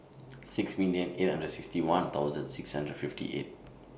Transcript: six million eight hundred sixty one thousand six hundred and fifty eight